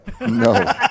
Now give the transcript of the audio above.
no